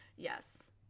yes